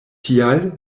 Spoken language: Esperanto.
tial